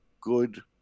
good